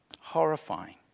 Horrifying